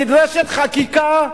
נדרשת חקיקה.